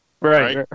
Right